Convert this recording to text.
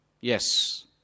Yes